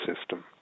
system